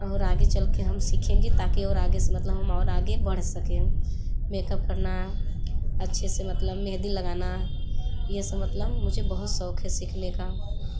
और आगे चलके हम सीखेंगे ताकि और आगे से मतलब हम और आगे बढ़ सकें मेक अप करना अच्छे से मतलब मेंहदी लगाना ये सब मतलब मुझे बहुत शौक़ है सीखने का